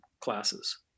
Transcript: classes